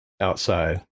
outside